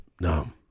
No